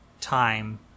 time